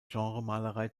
genremalerei